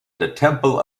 temple